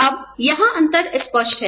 अब यहाँ अंतर स्पष्ट हैं